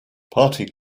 party